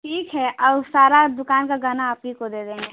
ठीक है और सारा दुकान का गहना आप ही को दे देंगे